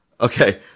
okay